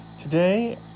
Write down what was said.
Today